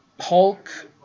Hulk